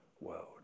world